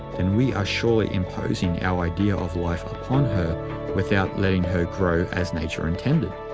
and we are surely imposing our idea of life upon her without letting her grow as nature intended.